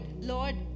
Lord